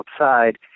outside